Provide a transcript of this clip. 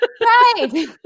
right